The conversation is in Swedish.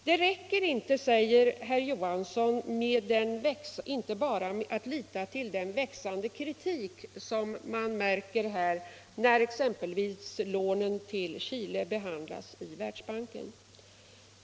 Det räcker inte, sade herr Johansson, att lita till den kritik som växer fram när t.ex. lånen till Chile behandlas i Världsbanken.